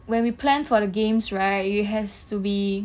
when we plan for the games right it has to be